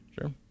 Sure